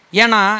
Yana